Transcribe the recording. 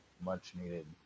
much-needed